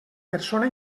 persona